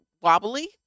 wobbly